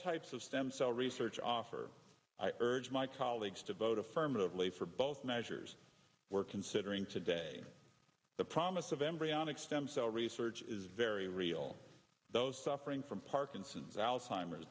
types of stem cell research offer i urge my colleagues to vote of permanently for both measures we're considering today the promise of embryonic stem cell research is very real those suffering from parkinson's alzheimer's